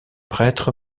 prêtre